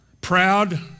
proud